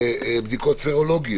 להגיד: אתה סרולוגי